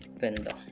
vendo